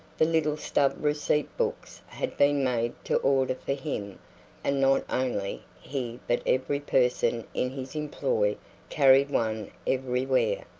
the little stub receipt books had been made to order for him and not only he but every person in his employ carried one everywhere.